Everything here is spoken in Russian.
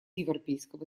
европейского